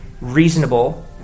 reasonable